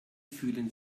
fühlen